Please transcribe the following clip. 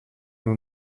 will